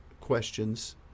questions